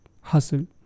hustle